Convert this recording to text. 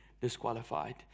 disqualified